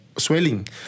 swelling